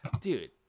Dude